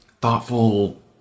thoughtful